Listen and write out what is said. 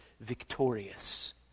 victorious